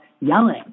yelling